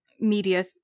media